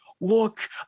Look